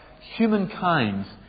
Humankind